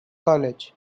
college